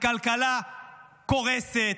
הכלכלה קורסת,